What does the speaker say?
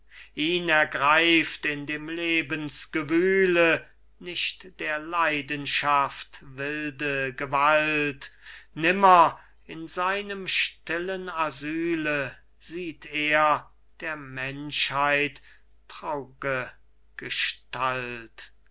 ihn ergreift in dem lebensgewühle nicht der leidenschaft wilde gewalt nimmer in seinem stillen asyle sieht er der menschheit traur'ge gestalt